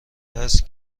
است